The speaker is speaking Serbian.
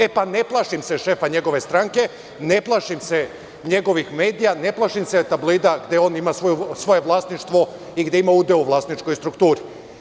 E pa ne plašim se šefa njegove stranke, ne plašim se njegovih medija, ne plašim se tabloida gde on ima svoje vlasništvo i gde ima udeo u vlasničkoj strukturi.